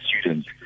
students